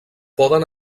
poden